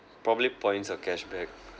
probably points or cash back